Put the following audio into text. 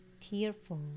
tearful